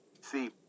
see